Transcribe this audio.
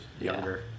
younger